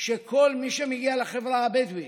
שכל מי שמגיע לחברה הבדואית,